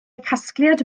casgliad